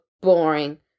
boring